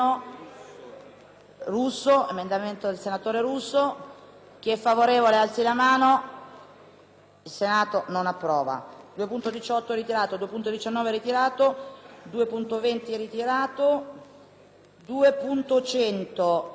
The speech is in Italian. **Il Senato non approva.**